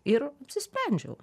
ir apsisprendžiau